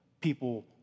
people